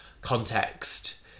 context